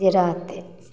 जे रहतै